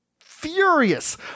furious